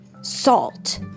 salt